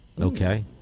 Okay